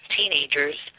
teenagers